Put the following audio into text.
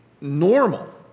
normal